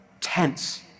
tense